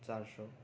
चार सय